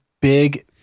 big